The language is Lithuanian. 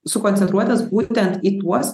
sukoncentruotas būtent į tuos